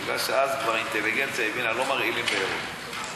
מפני שאז כבר האינטליגנציה הבינה שלא מרעילים בארות.